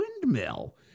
Windmill